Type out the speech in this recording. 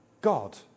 God